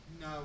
no